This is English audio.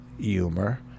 humor